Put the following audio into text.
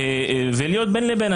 ולהיות בין לבין.